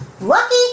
lucky